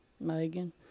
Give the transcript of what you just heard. Megan